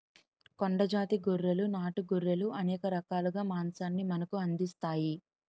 కొండ జాతి గొర్రెలు నాటు గొర్రెలు అనేక రకాలుగా మాంసాన్ని మనకు అందిస్తాయి